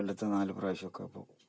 കൊല്ലത്ത് നാല് പ്രാവശ്യമൊക്കെ പോകും